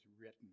written